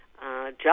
job